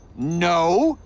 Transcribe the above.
no!